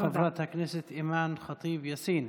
תודה, חברת הכנסת אימאן ח'טיב יאסין.